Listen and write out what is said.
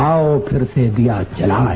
आओ फिर से दिया जलाएं